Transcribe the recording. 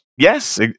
yes